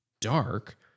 dark